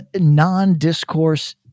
non-discourse